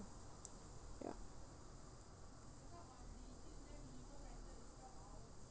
ya